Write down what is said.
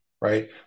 right